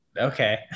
Okay